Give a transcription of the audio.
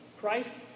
Christ